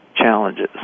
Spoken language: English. Challenges